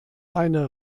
eine